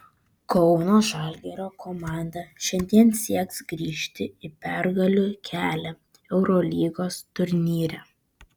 kauno žalgirio komanda šiandien sieks grįžti į pergalių kelią eurolygos turnyre